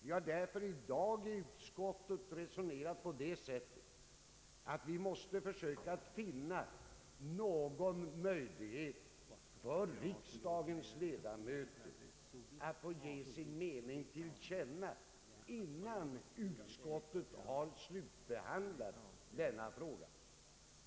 Vi har därför i utskottet resonerat på det sättet att vi måste försöka finna någon möjlighet för riksdagens ledamöter att ge sin mening till känna, innan utskottet har slutbehandlat denna fråga.